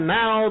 now